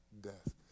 death